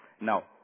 Now